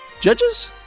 Judges